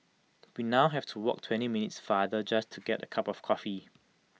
we now have to walk twenty minutes farther just to get A cup of coffee